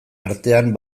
artean